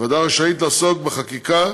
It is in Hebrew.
הוועדה רשאית לעסוק בחקיקה,